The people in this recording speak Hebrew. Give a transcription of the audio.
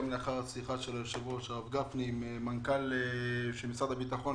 גם לאחר השיחה של היושב-ראש הרב גפני עם מנכ"ל משרד הביטחון,